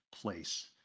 place